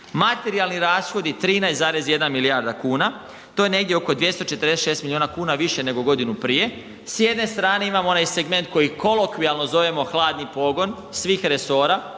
materijalni rashodi 13,1 milijarda kuna, to je negdje oko 246 milijuna kuna više nego godinu prije. S jedne strane imamo onaj segment koji kolokvijalno zovemo hladni pogon svih resora,